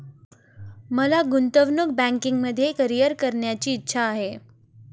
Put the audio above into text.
मला गुंतवणूक बँकिंगमध्ये करीअर करण्याची इच्छा आहे